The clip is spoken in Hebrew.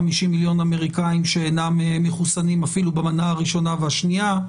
מיליון אמריקאים שאינם מחוסנים אפילו במנה הראשונה והשנייה.